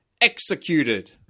Executed